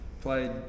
Played